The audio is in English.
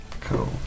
Cool